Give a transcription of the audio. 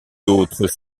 d’autres